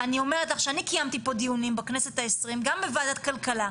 שלישי בכל מה שקשור לתנאי כליאת תרנגולות.